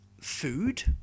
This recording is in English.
food